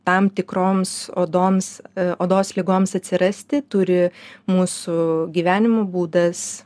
tam tikroms odoms odos ligoms atsirasti turi mūsų gyvenimo būdas